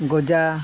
ᱜᱚᱡᱟ